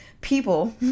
People